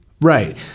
Right